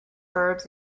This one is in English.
verbs